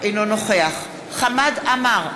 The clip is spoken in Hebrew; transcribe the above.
אינו נוכח חמד עמאר,